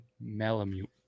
malamute